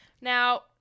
now